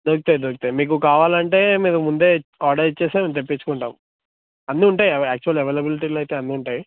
దొరుకుతాయి దొరుకుతాయి మీకు కావాలంటే మీరు ముందే ఆర్డర్ ఇస్తే మేము తెప్పించుకుంటాం అన్నీ ఉంటాయి అవి యాక్చువల్లీ అవైలబిలిటీలో అయితే అన్నీ ఉంటాయి